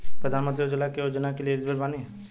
प्रधानमंत्री उज्जवला योजना के लिए एलिजिबल बानी?